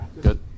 good